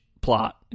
plot